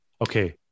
Okay